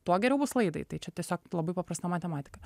tuo geriau bus laidai tai čia tiesiog labai paprasta matematika